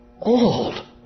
old